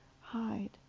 hide